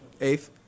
eighth